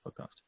podcast